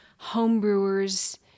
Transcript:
homebrewers